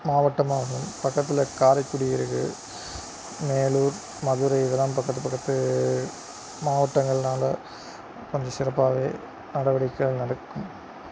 மாவட்டம் ஆகும் பக்கத்தில் காரைக்குடி இருக்குது மேலூர் மதுரை இதெலாம் பக்கத்து பக்கத்து மாவட்டங்கள்னாலே கொஞ்சம் சிறப்பாகவே நடவடிக்கைகள் நடக்கும்